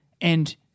and-